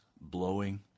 blowing